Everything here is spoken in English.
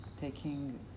taking